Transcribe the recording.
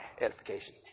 edification